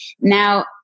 now